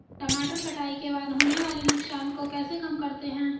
टमाटर कटाई के बाद होने वाले नुकसान को कैसे कम करते हैं?